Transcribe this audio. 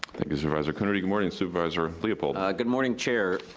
thank you, supervisor coonerty. good morning, supervisor leopold. good morning, chair.